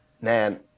man